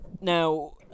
Now